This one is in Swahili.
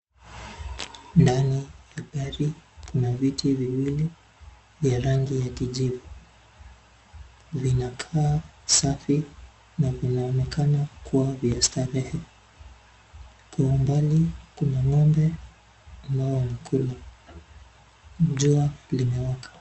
Ndani ya gari kuna viti viwili vya rangi ya kijivu. Vinakaa safi na vinaonekana kuwa vya starehe. Kwa umbali kuna ngombe ambao wanakula. Jua limewaka.